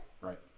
Right